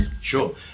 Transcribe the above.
sure